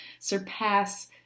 surpass